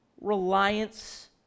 reliance